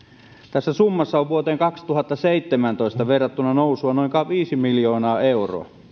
tässä summassa on vuoteen kaksituhattaseitsemäntoista verrattuna nousua noin viisi miljoonaa euroa